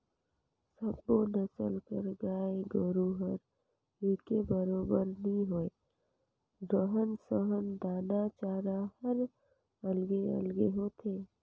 सब्बो नसल कर गाय गोरु हर एके बरोबर नी होय, रहन सहन, दाना चारा हर अलगे अलगे होथे